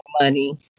money